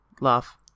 Laugh